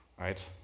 right